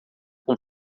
com